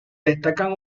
destacan